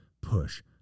push